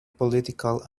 political